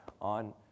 on